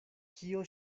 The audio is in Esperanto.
kio